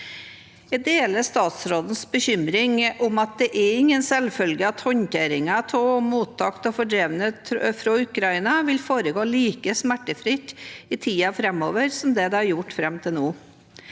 Jeg deler statsrådens bekymring over at ikke er noen selvfølge at håndteringen og mottaket av fordrevne fra Ukraina vil foregå like smertefritt i tiden framover som det har gjort fram til nå.